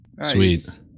Sweet